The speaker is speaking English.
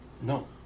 No